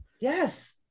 Yes